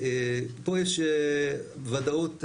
פה יש ודאות,